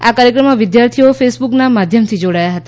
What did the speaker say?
આ કાર્યક્રમમાં વિદ્યાર્થીઓ ફેસબ્રકના માધ્યથી જોડાયા હતા